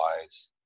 Wise